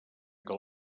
que